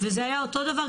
וזה היה אותו דבר,